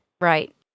Right